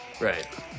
Right